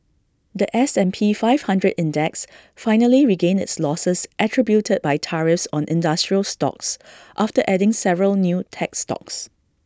The S and P five hundred index finally regained its losses attributed by tariffs on industrial stocks after adding several new tech stocks